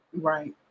Right